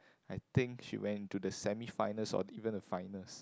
I think she went into the semi finals or even the finals